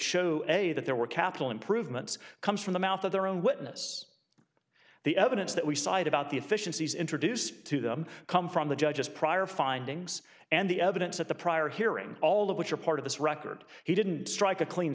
show a that there were capital improvements comes from the mouth of their own witness the evidence that we cite about the efficiencies introduced to them come from the judge's prior findings and the evidence at the prior hearing all of which are part of this record he didn't strike a clean